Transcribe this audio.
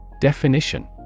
Definition